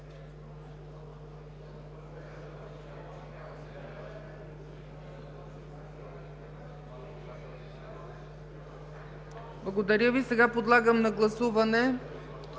Благодаря Ви. Подлагам на гласуване